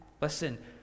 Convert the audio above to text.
Listen